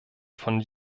von